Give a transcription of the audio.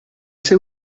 ser